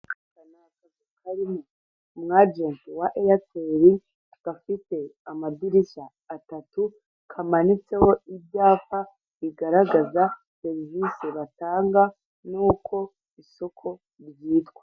Aka ni akazu karimo umu ajenti wa eyeteri gafite amadirishya atatu kamanitseho ibyapa bigaragaza serivise batanga nuko isoko ryitwa.